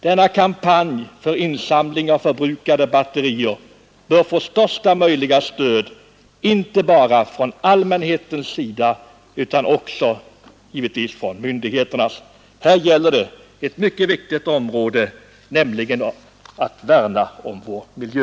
Denna kampanj för insamling av förbrukade batterier bör få största möjliga stöd inte bara från allmänhetens sida, utan också givetvis från myndigheternas. Här gäller det ett mycket viktigt område, nämligen att värna om vår miljö.